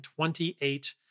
28